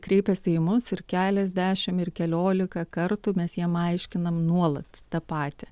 kreipiasi į mus ir keliasdešim ir keliolika kartų mes jiem aiškinam nuolat tą patį